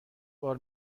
بار